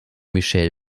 michelle